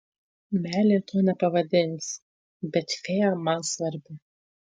meile to nepavadinsi bet fėja man svarbi